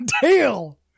Tail